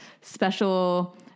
special